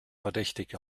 verdächtig